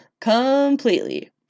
Completely